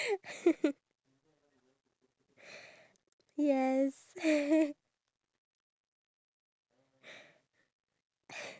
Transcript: no I think I'll just I'll just probably be shocked but at the same time I'll find it interesting because you never really show that part of your side